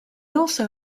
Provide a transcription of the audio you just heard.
also